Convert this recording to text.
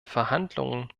verhandlungen